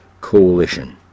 Coalition